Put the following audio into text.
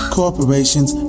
Corporations